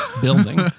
building